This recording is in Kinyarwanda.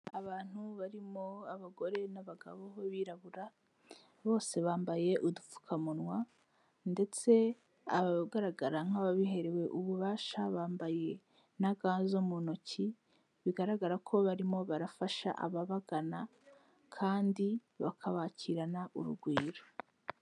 Abantu barimo abagore n'abagabo b'abirabura, bose bambaye udupfukamunwa ndetse bagaragara nk'ababiherewe ububasha, bambaye na ga zo mu ntoki, bigaragara ko barimo barafasha ababagana kandi bakabakirana urugwiro.